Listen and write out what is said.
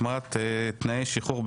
החמרת תנאי שחרור בערובה),